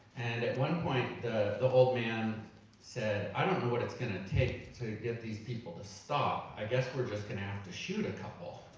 and at one point the old man said, i don't know what it's gonna take to get these people to stop. i guess we're just gonna have to shoot a couple.